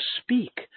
speak